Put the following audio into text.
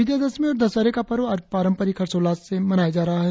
विजयदशमी और दशहरे का पर्व आज पारंपरिक हर्षोल्लास से मनाया जा रहा है